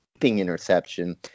interception